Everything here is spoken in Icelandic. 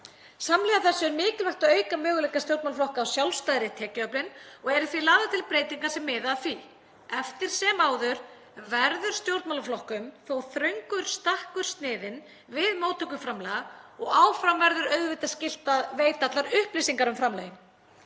Samhliða þessu er mikilvægt að auka möguleika stjórnmálaflokka á sjálfstæðri tekjuöflun og eru því lagðar til breytingar sem miða að því. Eftir sem áður verður stjórnmálaflokkum þó sniðinn þröngur stakkur við móttöku framlaga og áfram verður auðvitað skylt að veita upplýsingar um framlögin.